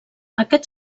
aquest